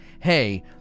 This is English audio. hey